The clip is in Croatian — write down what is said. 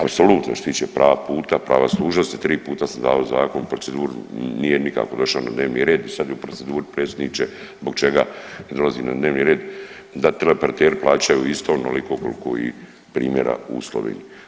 Apsolutno što se tiče prava puta, prava služnosti, 3 puta sam dao zakon u proceduru, nije nikako došao na dnevni red, sad je u proceduri, predsjedniče, zbog čega ne dolazi na dnevni red da teleoperateri plaćaju isto onoliko koliko i primjera u Sloveniji?